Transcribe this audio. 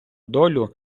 долю